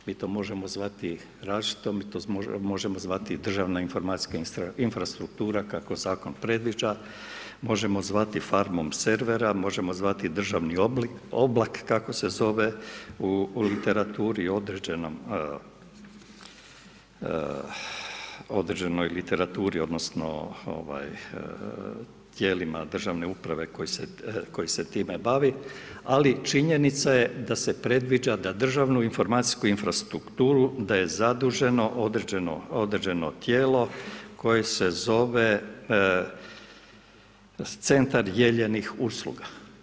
Mi to možemo zvati različito, mi možemo zvati državna informacijska infrastruktura kako zakon predviđa, možemo zvati farmom servera, možemo zvati državni oblak kako se zove u određenoj literaturi odnosno tijela državne uprave koja se time bave, ali činjenica je da se predviđa da državnu informacijsku infrastrukturu da je zaduženo određeno tijelo koje se zove centar dijeljenih usluga.